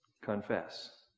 confess